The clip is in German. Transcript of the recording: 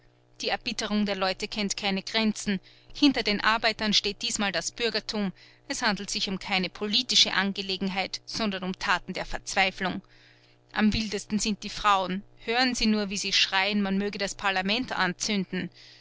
die erbitterung der leute kennt keine grenzen hinter den arbeitern steht diesmal das bürgertum es handelt sich um keine politische angelegenheit sondern um taten der verzweiflung am wildesten sind die frauen hören sie nur wie sie schreien man möge das parlament anzünden